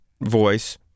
voice